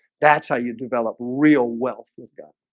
that's how you develop real wealth was done